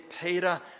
Peter